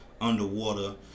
underwater